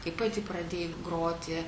kai pati pradėjai groti